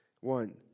One